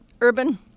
urban